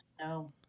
No